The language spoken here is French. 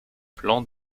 plans